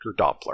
Doppler